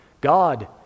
God